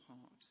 heart